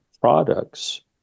products